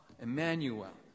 Emmanuel